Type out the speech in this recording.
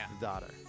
daughter